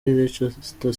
leicester